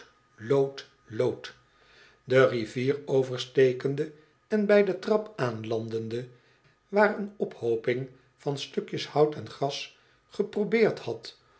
do rivier overstekende en bij de trap aanlandende waar een ophooping van stukjes hout en gras geprobeerd had